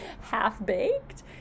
half-baked